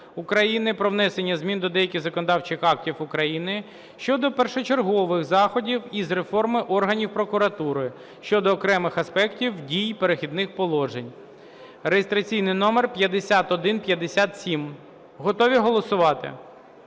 України "Про внесення змін до деяких законодавчих актів України щодо першочергових заходів із реформи органів прокуратури" щодо окремих аспектів дії перехідних положень (реєстраційний номер 5157). Готові голосувати?